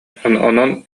онон